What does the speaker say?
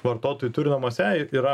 vartotojai turi namuose ir yra